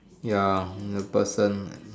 ya the person